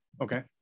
Okay